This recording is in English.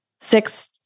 six